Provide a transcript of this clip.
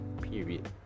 period